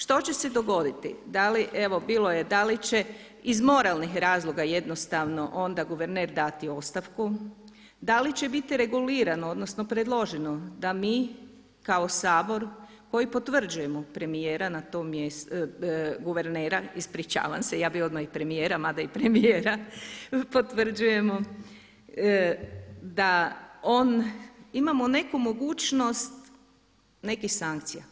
Što će se dogoditi, evo bilo je da li će iz moralnih razloga jednostavno onda guverner dati ostavku, da li će biti regulirano odnosno predloženo da mi kao Sabor koji potvrđujemo premijera na tom mjestu, guvernera ispričavam se, ja bi odmah i premijera, mada i premijera potvrđujemo, da on, imamo neku mogućnost nekih sankcija.